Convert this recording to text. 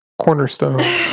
cornerstone